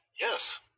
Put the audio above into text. Yes